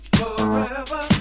forever